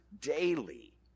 daily